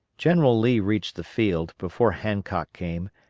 general lee reached the field before hancock came,